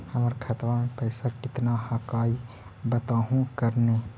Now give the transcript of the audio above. हमर खतवा में पैसा कितना हकाई बताहो करने?